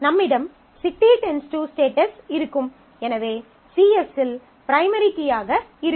நம்மிடம் city → status இருக்கும் எனவே CS இல் பிரைமரி கீயாக இருக்கும்